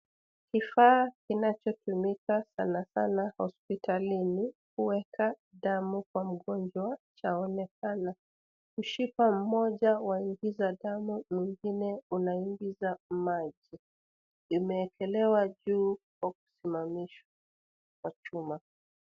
Kifaa kinachotumika sana sana hospitalini, kueka damu kwa mgonjwa chaonekana. Mshipa mmoja waingiza damu mwingine unaingiza maji, imeekelewa juu kwa kusimamishwa kwa chuma.